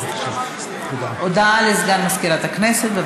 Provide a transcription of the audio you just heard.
הודעה לסגן מזכירת הכנסת.